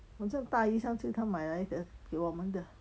好像大姨上次她买来的的给我们的